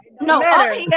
No